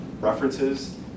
References